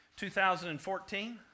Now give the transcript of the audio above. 2014